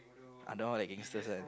ah that one like gangsters one